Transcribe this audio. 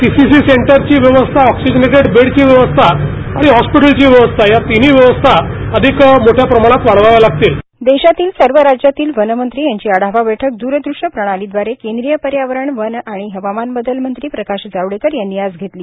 CCC centre ची व्यवस्था bed ची व्यवस्था हॉस्पिटल ची व्यवस्था अधिक मोठ्या प्रमाणात वाढवावे लागतील देशातील सर्व राज्यातील वन मंत्री यांची आढावा बैठक द्रदृश्य प्रणाली दवारे केंद्रीय पर्यावरण वने आणि हवामान बदल मंत्री प्रकाश जावडेकर यांनी आज घेतली